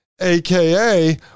AKA